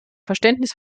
verständnis